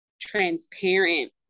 transparent